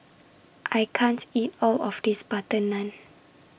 I can't eat All of This Butter Naan